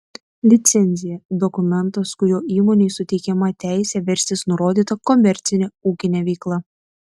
licencija dokumentas kuriuo įmonei suteikiama teisė verstis nurodyta komercine ūkine veikla